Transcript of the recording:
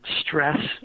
stress